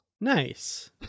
Nice